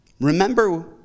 Remember